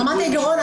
ברמת העיקרון,